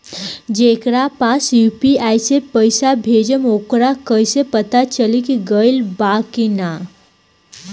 जेकरा पास यू.पी.आई से पईसा भेजब वोकरा कईसे पता चली कि गइल की ना बताई?